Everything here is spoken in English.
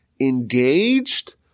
engaged